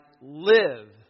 live